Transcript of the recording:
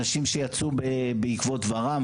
אנשים שיצאו בעקבות ור"מ,